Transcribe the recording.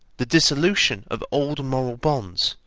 the dissolution of old moral bonds,